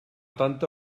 tanta